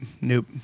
Nope